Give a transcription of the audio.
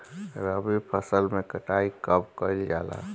रबी फसल मे कटाई कब कइल जाला?